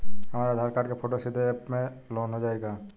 हमरे आधार कार्ड क फोटो सीधे यैप में लोनहो जाई?